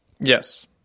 Yes